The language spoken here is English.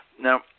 Now